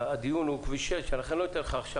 הדיון הוא כביש 6 לכן לא אתן לך עכשיו,